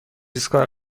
ایستگاه